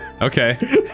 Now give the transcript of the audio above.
Okay